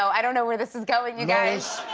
i don't know where this is going, you guys.